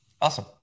Awesome